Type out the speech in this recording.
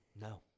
No